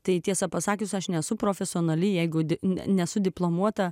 tai tiesa pasakius aš nesu profesionali jeigu nesu diplomuota